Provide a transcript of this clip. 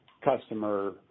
customer